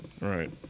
Right